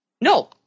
No